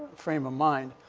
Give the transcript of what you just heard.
frame of mind.